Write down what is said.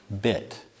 bit